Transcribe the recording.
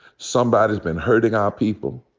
somebody's been hurting our people.